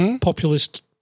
populist